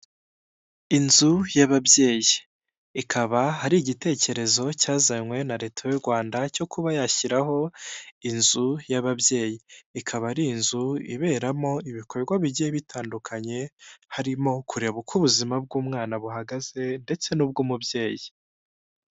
Inzu y'ababyeyi ikaba hari igitekerezo cyazanywe na leta y'u Rwanda cyo kuba yashyiraho inzu y'ababyeyi ikaba ari inzu iberamo ibikorwa bigiye bitandukanye harimo kureba uko ubuzima bw'umwana buhagaze ndetse n'ubw'umubyeyi.